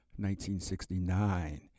1969